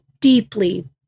deeply